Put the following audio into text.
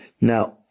Now